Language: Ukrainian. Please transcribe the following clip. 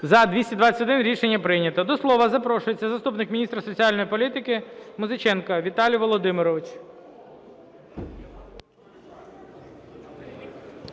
За-221 Рішення прийнято. До слова запрошується заступник міністра соціальної політики Музиченко Віталій Володимирович.